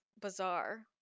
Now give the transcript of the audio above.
bizarre